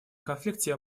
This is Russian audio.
конфликте